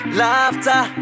laughter